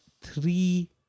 three